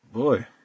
Boy